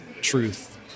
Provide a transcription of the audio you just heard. truth